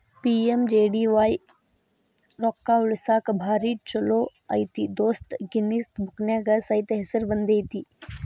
PMJDY ರೊಕ್ಕಾ ಉಳಸಾಕ ಭಾರಿ ಛೋಲೋ ಐತಿ ದೋಸ್ತ ಗಿನ್ನಿಸ್ ಬುಕ್ನ್ಯಾಗ ಸೈತ ಹೆಸರು ಬಂದೈತಿ